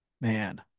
man